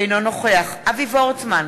אינו נוכח אבי וורצמן,